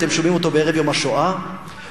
אתם שומעים אותו בערב יום השואה חוזר,